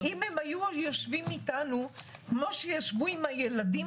אם הם היו יושבים איתנו כמו שהם ישבו עם הילדים